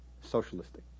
socialistic